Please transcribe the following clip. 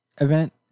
event